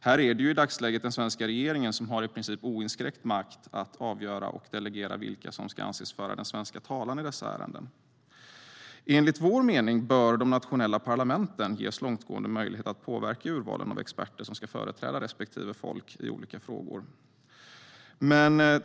Här har i dagsläget den svenska regeringen i princip oinskränkt makt att avgöra och delegera vilka som ska anses föra den svenska talan i dessa ärenden. Enligt vår mening bör de nationella parlamenten ges långtgående möjlighet att påverka urvalen av experter som ska företräda respektive folk i olika frågor.